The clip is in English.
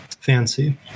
fancy